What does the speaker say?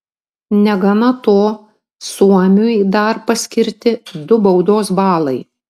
negana to suomiui dar paskirti du baudos balai